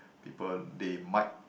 people they might